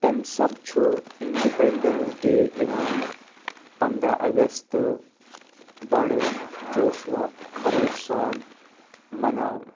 تَمہِ سَبہٕ چھُ اِنڈِپٮ۪نڈَنس ڈے یِوان پَنداہ اَگست بڑٕ جوش وَ خروش سان مَناونہٕ